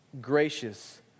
gracious